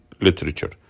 literature